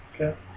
Okay